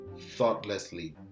thoughtlessly